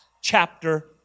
chapter